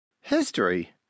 History